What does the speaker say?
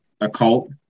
occult